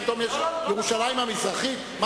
פתאום יש ירושלים המזרחית?